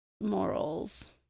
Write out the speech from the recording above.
morals